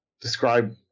describe